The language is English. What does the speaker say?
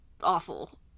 awful